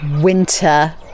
winter